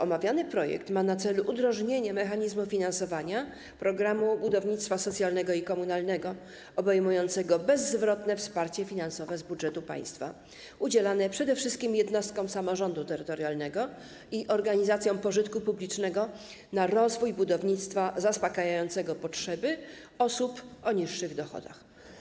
Omawiany projekt ma na celu udrożnienie mechanizmu finansowania programu budownictwa socjalnego i komunalnego obejmującego bezzwrotne wsparcie finansowe z budżetu państwa udzielane przede wszystkim jednostkom samorządu terytorialnego i organizacjom pożytku publicznego na rozwój budownictwa zaspokającego potrzeby osób o niższych dochodach.